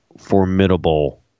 formidable